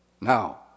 Now